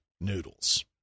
noodles